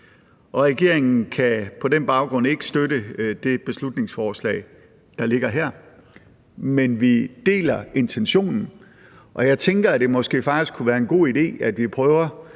regeringen kan på den baggrund ikke støtte det beslutningsforslag, der ligger her – men vi deler intentionen. Og jeg tænker, at det måske faktisk kunne være en god idé, at vi prøver